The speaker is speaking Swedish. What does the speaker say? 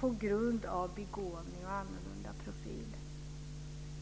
på grund av begåvning med annorlunda profil.